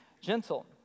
gentle